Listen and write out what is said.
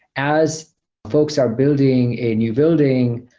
as folks are building a new building,